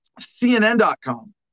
CNN.com